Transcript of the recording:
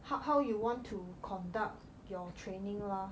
how how you want to conduct your training lah